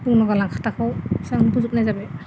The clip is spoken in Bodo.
बुंनो गोनां खोथाखौ एसेयावनो फोजोबनाय जाबाय